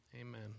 Amen